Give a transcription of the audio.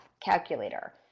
calculator